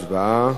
הצבעה.